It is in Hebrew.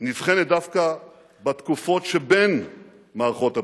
נבחנת דווקא בתקופות שבין מערכות הבחירות,